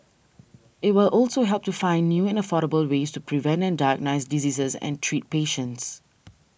it will also help to find new and affordable ways to prevent and diagnose diseases and treat patients